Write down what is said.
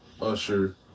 Usher